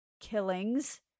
killings